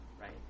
right